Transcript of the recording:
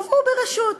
הובאו ברשות.